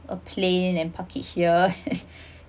a plane and park it here